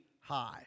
high